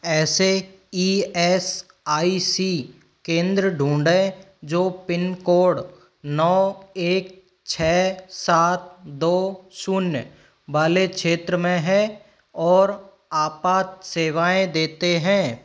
ऐसे E S I C केंद्र ढूँढें जो पिनकोड नौ एक छ सात दो शून्य वाले क्षेत्र में हैं और आपात सेवाएँ देते हैं